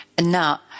Now